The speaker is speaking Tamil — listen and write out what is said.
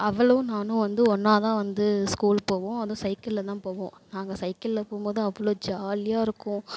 அவளும் நானும் வந்து ஒன்னாகதான் வந்து ஸ்கூல் போவோம் அதுவும் சைக்கிளில்தான் போவோம் நாங்கள் சைக்கிளில் போகும்போது அவ்வளோ ஜாலியாக இருக்கும்